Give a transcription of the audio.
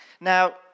Now